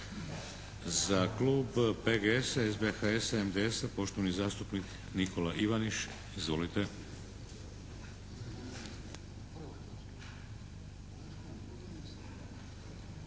Za klub PGS-a, SBHS-a, MDS-a poštovani zastupnik Nikola Ivaniš. Izvolite.